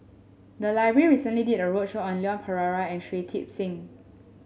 the library recently did a roadshow on Leon Perera and Shui Tit Sing